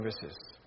services